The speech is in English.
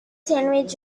sandwich